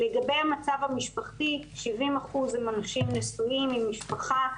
לגבי המצב המשפחתי, 70% הם אנשים נשואים עם משפחה.